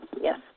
Yes